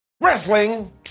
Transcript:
Wrestling